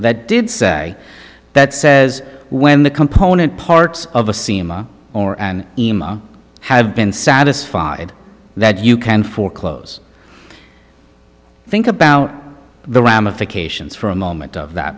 that did say that says when the component parts of a sema or an ema have been satisfied that you can foreclose think about the ramifications for a moment of that